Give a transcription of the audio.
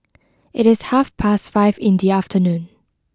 it is half past five in the afternoon